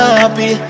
happy